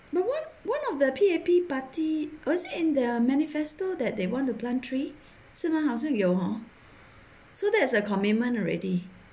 no one one of the P_A_P party was it in their manifesto that they want to plant tree 是吗好像有 hor so that is a commitment already